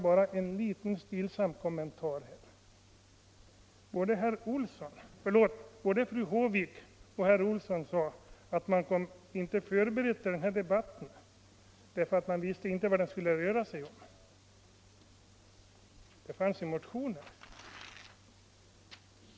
Både fru Håvik och herr Olsson i Stockholm sade att de inte kom förberedda till den här debatten. De visste inte vad den skulle röra sig om. Ja, det fanns ju motioner.